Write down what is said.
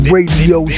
Radio